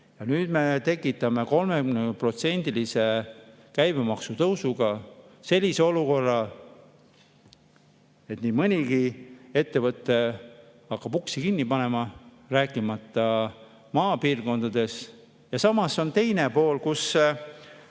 Ja nüüd me tekitame 30%‑lise käibemaksu tõusuga sellise olukorra, et nii mõnigi ettevõte hakkab uksi kinni panema, rääkimata maapiirkondadest. Ja samas teine pool, ausad